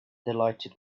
delighted